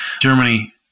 Germany